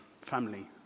family